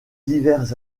divers